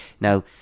now